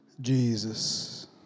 Jesus